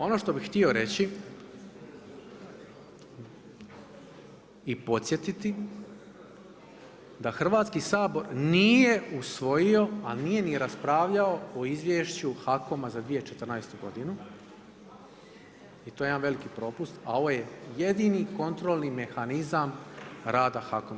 Ono što bi htio reći i podsjetiti da Hrvatski sabor nije usvojio a nije ni raspravljao o Izvješću HAKOM-a za 2014. godinu i to je jedan veliki propust a ovo je jedini kontrolni mehanizam rada HAKOM-a.